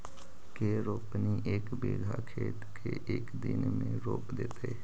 के रोपनी एक बिघा खेत के एक दिन में रोप देतै?